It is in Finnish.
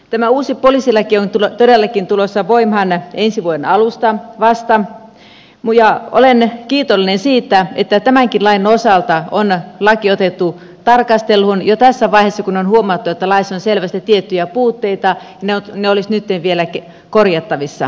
tämä uusi poliisilaki on todellakin tulossa voimaan ensi vuoden alusta vasta ja olen kiitollinen siitä että tämänkin lain osalta on laki otettu tarkasteluun jo tässä vaiheessa kun on huomattu että laissa on selvästi tiettyjä puutteita ja ne olisivat nytten vielä korjattavissa ja lisättävissä